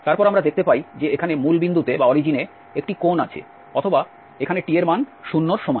তারপর আমরা দেখতে পাই যে এখানে মূলবিন্দুতে একটি কোণ আছে অথবা এখানে t এর মান 0 এর সমান